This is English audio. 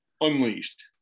unleashed